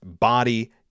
Body